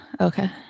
okay